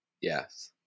Yes